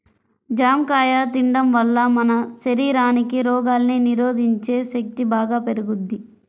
జాంకాయ తిండం వల్ల మన శరీరానికి రోగాల్ని నిరోధించే శక్తి బాగా పెరుగుద్ది